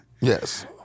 Yes